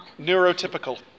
neurotypical